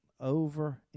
over